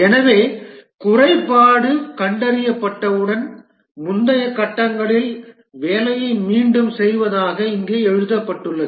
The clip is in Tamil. எனவே குறைபாடு கண்டறியப்பட்டவுடன் முந்தைய கட்டங்களில் வேலையை மீண்டும் செய்வதாக இங்கே எழுதப்பட்டுள்ளது